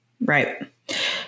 Right